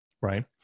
right